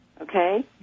okay